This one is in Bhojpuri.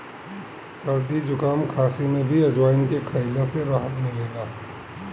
सरदी जुकाम, खासी में भी अजवाईन के खइला से राहत मिलेला